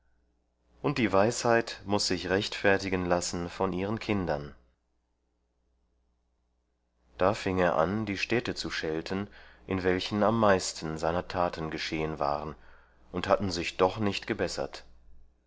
und die weisheit muß sich rechtfertigen lassen von ihren kindern da fing er an die städte zu schelten in welchen am meisten seiner taten geschehen waren und hatten sich doch nicht gebessert